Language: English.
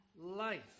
life